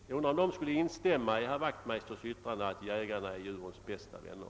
Jag undrar om de skulle instämma i herr Wachtmeisters yttrande om att jägarna är djurens bästa vänner.